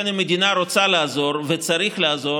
המדינה רוצה לעזור וצריך לעזור.